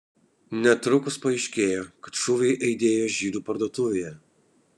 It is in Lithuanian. netrukus paaiškėjo kad šūviai aidėjo žydų parduotuvėje